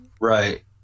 right